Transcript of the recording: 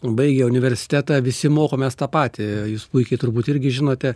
baigę universitetą visi mokomės tą patį jūs puikiai turbūt irgi žinote